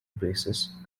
braces